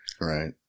Right